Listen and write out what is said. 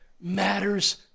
matters